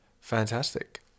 Fantastic